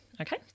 okay